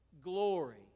glory